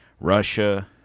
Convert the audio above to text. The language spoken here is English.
Russia